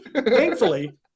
Thankfully